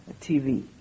TV